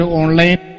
online